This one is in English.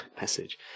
message